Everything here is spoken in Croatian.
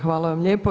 Hvala vam lijepo.